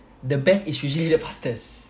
the best is usually the fastest